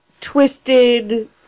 twisted